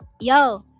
Yo